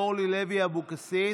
אין מתנגדים ואין נמנעים.